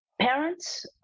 Parents